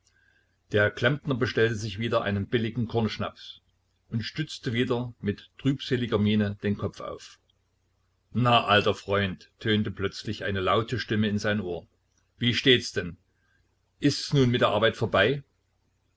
der klempner bestellte sich wieder einen billigen kornschnaps und stützte wieder mit trübseliger miene den kopf auf na alter freund tönte plötzlich eine laute stimme in sein ohr wie steht's denn ist's nun mit der arbeit vorbei